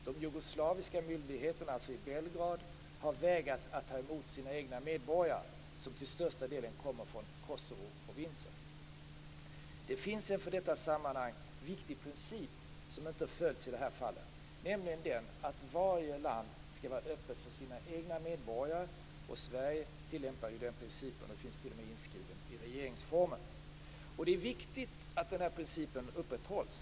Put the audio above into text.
De jugoslaviska myndigheterna i Belgrad har vägrat att ta emot de egna medborgarna som till största delen kommer från Kosovoprovinsen. Det finns en för detta sammanhang viktig princip som inte har följts i de här fallen, nämligen den att varje land skall vara öppet för sina egna medborgare. Sverige tillämpar den principen och den finns t.o.m. Det är viktigt att den här principen upprätthålls.